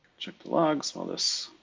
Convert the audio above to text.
check the logs while this